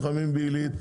נלחמים בעלית,